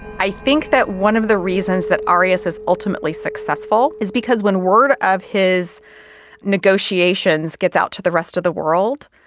i think that one of the reasons that arias is ultimately successful is because when word of his negotiations gets out to the rest of the world,